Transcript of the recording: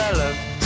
love